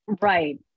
right